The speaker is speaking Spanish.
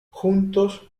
juntos